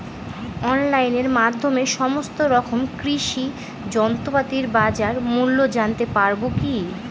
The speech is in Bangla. অনলাইনের মাধ্যমে সমস্ত রকম কৃষি যন্ত্রপাতির বাজার মূল্য জানতে পারবো কি?